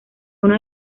uno